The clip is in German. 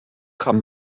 kam